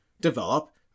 develop